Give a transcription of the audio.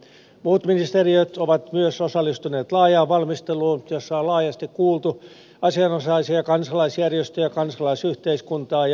myös muut ministeriöt ovat osallistuneet laajaan valmisteluun jossa on laajasti kuultu asianosaisia kansalaisjärjestöjä kansalaisyhteiskuntaa ja asiantuntijoita